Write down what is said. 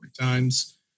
times